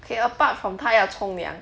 okay apart from 她要冲凉